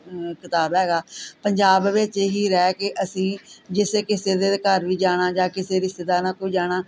ਕਿਤਾਬ ਹੈਗਾ ਪੰਜਾਬ ਵਿੱਚ ਹੀ ਰਹਿ ਕੇ ਅਸੀਂ ਜਿੱਥੇ ਕਿਸੇ ਦੇ ਘਰ ਵੀ ਜਾਣਾ ਜਾਂ ਕਿਸੇ ਰਿਸ਼ੇਤੇਦਾਰਾਂ ਕੋਲ ਜਾਣਾ